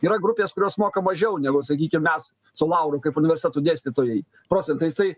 yra grupės kurios moka mažiau negu sakykim mes su lauru kaip universitetų dėstytojai procentais tai